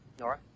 Nora